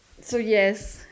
so yes